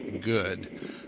good